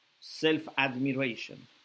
self-admiration